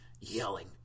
yelling